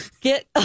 get